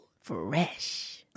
Fresh